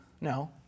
No